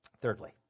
Thirdly